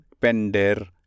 pender